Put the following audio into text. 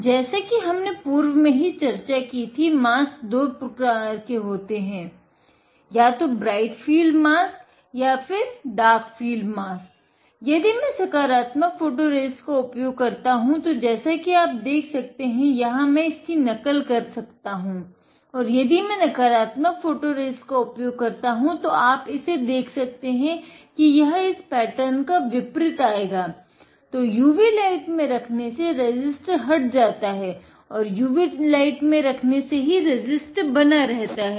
जैसा कि हमने पूर्व में ही चर्चा की है कि मास्क हट जाता है और UV लाइट में रखने से रेसिस्ट बना रहता है